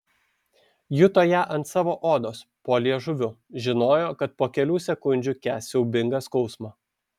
juto ją ant savo odos po liežuviu žinojo kad po kelių sekundžių kęs siaubingą skausmą